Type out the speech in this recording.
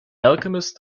alchemist